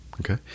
Okay